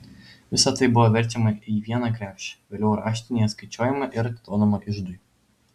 visa tai buvo verčiama į vieną krepšį vėliau raštinėje skaičiuojama ir atiduodama iždui